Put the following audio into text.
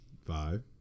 Five